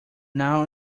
now